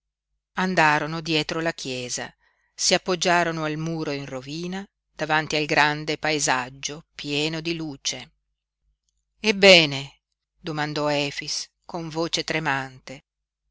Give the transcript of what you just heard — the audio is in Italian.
andarono dietro la chiesa si appoggiarono al muro in rovina davanti al grande paesaggio pieno di luce ebbene domandò efix con voce tremante